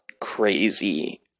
crazy